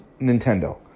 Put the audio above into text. Nintendo